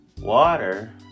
water